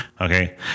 okay